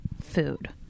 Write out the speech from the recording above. food